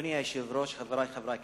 אדוני היושב-ראש, חברי חברי הכנסת,